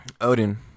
Odin